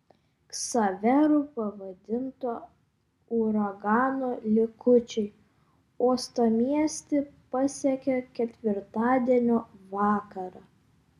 ksaveru pavadinto uragano likučiai uostamiestį pasiekė ketvirtadienio vakarą